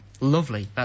lovely